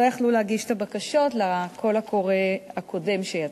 שלא יכלו להגיש את הבקשות לקול הקורא הקודם שיצא.